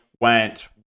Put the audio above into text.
Went